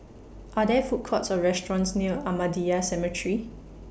Are There Food Courts Or restaurants near Ahmadiyya Cemetery